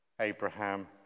Abraham